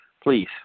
Please